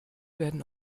werden